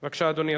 בבקשה, אדוני.